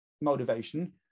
motivation